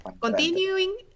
continuing